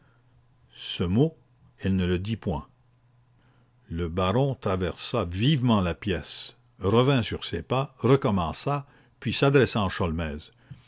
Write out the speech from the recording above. d'un mot elle se justifierait elle ne parla point le baron traversa vivement la pièce revint sur ses pas recommença puis s'adressant à